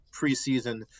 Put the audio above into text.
preseason